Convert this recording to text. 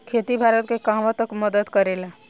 खेती भारत के कहवा तक मदत करे ला?